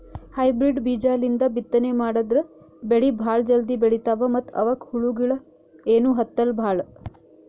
hybrid ಬೀಜಾಲಿಂದ ಬಿತ್ತನೆ ಮಾಡದ್ರ್ ಬೆಳಿ ಭಾಳ್ ಜಲ್ದಿ ಬೆಳೀತಾವ ಮತ್ತ್ ಅವಕ್ಕ್ ಹುಳಗಿಳ ಏನೂ ಹತ್ತಲ್ ಭಾಳ್